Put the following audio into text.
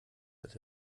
dass